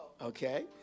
Okay